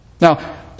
Now